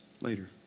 later